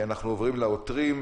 אנחנו עוברים לעותרים.